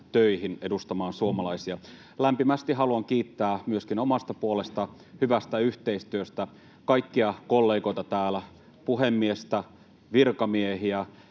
töihin edustamaan suomalaisia. Lämpimästi haluan kiittää myöskin omasta puolestani hyvästä yhteistyöstä kaikkia kollegoita täällä, puhemiestä, virkamiehiä.